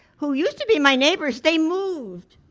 who used to be my neighbors, they moved,